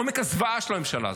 עומק הזוועה של הממשלה הזאת,